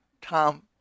Tom